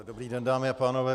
Dobrý den, dámy a pánové.